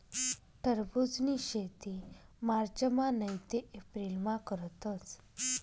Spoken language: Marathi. टरबुजनी शेती मार्चमा नैते एप्रिलमा करतस